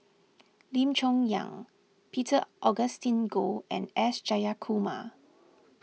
Lim Chong Yah Peter Augustine Goh and S Jayakumar